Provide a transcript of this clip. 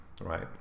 right